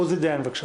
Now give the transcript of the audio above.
עוזי דיין, בבקשה.